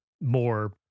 more